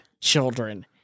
children